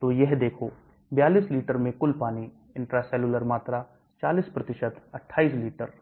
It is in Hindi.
तो यह देखो 42 लीटर में कुल पानी intracellular मात्रा 40 28 लीटर